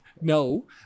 no